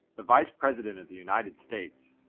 the vice president of the united states,